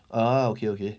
ah okay okay